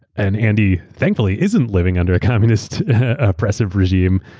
and andy, thankfully, isn't living under a communist oppressive regime,